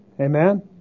Amen